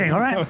ah alright?